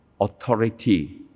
authority